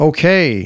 Okay